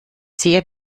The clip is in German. sehr